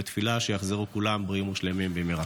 בתפילה שיחזרו כולם בריאים ושלמים במהרה.